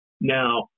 Now